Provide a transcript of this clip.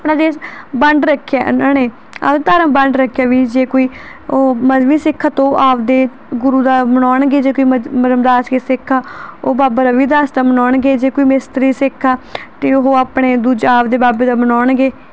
ਆਪਣਾ ਦੇਸ਼ ਵੰਡ ਰੱਖਿਆ ਇਹਨਾਂ ਨੇ ਆਪਦਾ ਧਰਮ ਵੰਡ ਰੱਖਿਆ ਵੀ ਜੇ ਕੋਈ ਉਹ ਮਜ਼੍ਹਬੀ ਸਿੱਖ ਆ ਤਾਂ ਉਹ ਆਪਦੇ ਗੁਰੂ ਦਾ ਮਨਾਉਣਗੇ ਜੇ ਕੋਈ ਮਜ ਰਾਮਦਾਸੀਏ ਸਿੱਖ ਆ ਉਹ ਬਾਬਾ ਰਵਿਦਾਸ ਦਾ ਮਨਾਉਣਗੇ ਜੇ ਕੋਈ ਮਿਸਤਰੀ ਸਿੱਖ ਆ ਅਤੇ ਉਹ ਆਪਣੇ ਦੂਜਾ ਆਪਦੇ ਬਾਬੇ ਦਾ ਮਨਾਉਣਗੇ